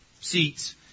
seats